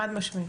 חד משמעית.